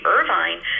Irvine